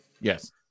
Yes